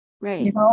Right